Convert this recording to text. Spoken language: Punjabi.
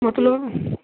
ਮਤਲਬ